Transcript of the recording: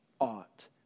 ought